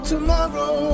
Tomorrow